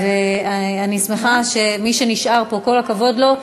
ואני שמחה, מי שנשאר פה, כל הכבוד לו.